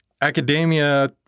Academia